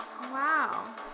wow